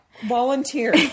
Volunteer